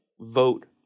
vote